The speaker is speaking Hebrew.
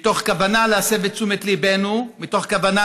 מתוך כוונה להסב את תשומת ליבנו ומתוך כוונה